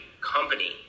company